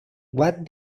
what